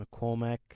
McCormack